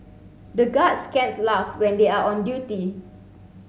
the guards can't laugh when they are on duty